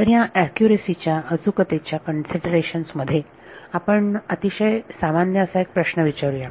तर ह्या अॅक्युरॅसी अचूकतेच्या कन्सिडरेशन्स मध्ये आपण अतिशय सामान्य असा प्रश्न विचारूया